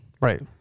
Right